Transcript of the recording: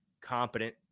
competent